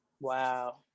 Wow